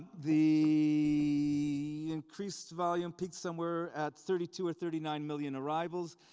the increased volume peaked somewhere at thirty two or thirty nine million arrivals,